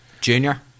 Junior